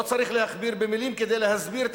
לא צריך להכביר מלים כדי להסביר את